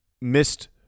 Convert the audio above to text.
missed